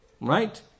Right